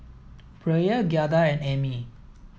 Brielle Giada and Emmie